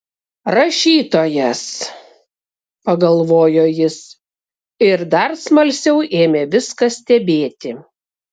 rašytojas pagalvojo jis ir dar smalsiau ėmė viską stebėti